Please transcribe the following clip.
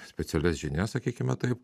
specialias žinias sakykime taip